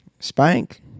Spank